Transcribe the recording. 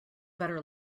better